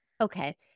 Okay